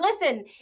listen